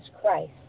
Christ